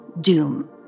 doom